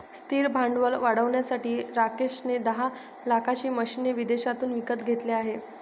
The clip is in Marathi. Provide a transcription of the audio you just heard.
स्थिर भांडवल वाढवण्यासाठी राकेश ने दहा लाखाची मशीने विदेशातून विकत घेतले आहे